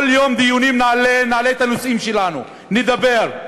כל יום דיונים נעלה את הנושאים שלנו, נדבר.